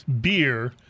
beer